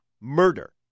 murder